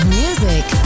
music